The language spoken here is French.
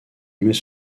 aimait